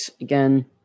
again